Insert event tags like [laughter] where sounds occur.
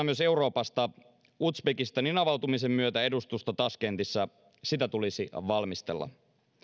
[unintelligible] myös euroopasta uzbekistanin avautumisen myötä edustustoa taskentissa tulisi valmistella